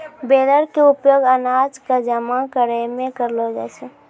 baler के उपयोग अनाज कॅ जमा करै मॅ करलो जाय छै